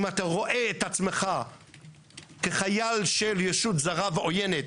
אם אתה רואה את עצמך כחייל של ישות זרה ועוינת